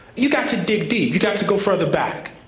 you've got to dig deep. you've got to go further back